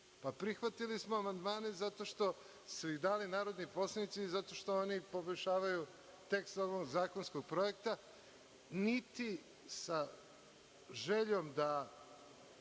Prihvatili smo amandmane zato što su ih dali narodni poslanici, i zato što oni poboljšavaju tekst ovog zakonskog projekta, niti sa željom da